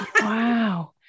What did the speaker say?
Wow